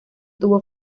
tuvo